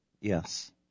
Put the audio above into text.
Yes